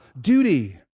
duty